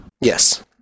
Yes